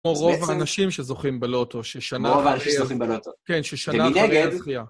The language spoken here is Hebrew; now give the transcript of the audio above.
כמו רוב האנשים שזוכים בלוטו ששנה אחרי הזכייה.